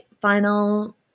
final